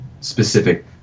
specific